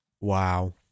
Wow